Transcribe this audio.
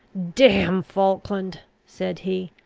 damn falkland! said he.